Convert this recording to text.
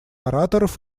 ораторов